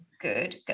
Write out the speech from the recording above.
good